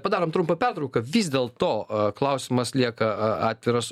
padarom trumpą pertrauką vis dėlto klausimas lieka atviras